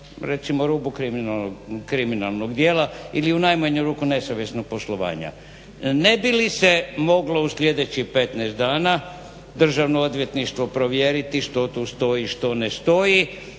recimo rubu kriminalnog djela ili u najmanju ruku nesavjesnog poslovanja. ne bi li se moglo u sljedećih 15 dana Državno odvjetništvo provjeriti što tu stoji što ne stoji,